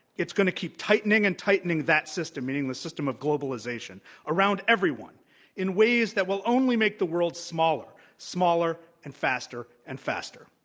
it's going to keep tightening and tightening that system meaning the system of globalization around everyone in ways that will only make the world smaller, smaller and faster and faster.